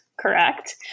correct